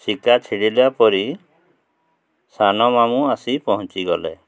ଶିକା ଛିଡ଼ା ପରି ସାନ ମାମୁଁ ଆସି ପହଞ୍ଚିଗଲେ